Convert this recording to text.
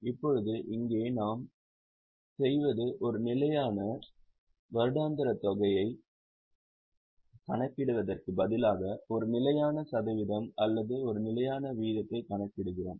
இப்போது இங்கே நாம் செய்வது ஒரு நிலையான வருடாந்திர தொகையை கணக்கிடுவதற்கு பதிலாக ஒரு நிலையான சதவீதம் அல்லது ஒரு நிலையான வீதத்தை கணக்கிடுகிறோம்